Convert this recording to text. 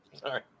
sorry